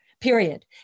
period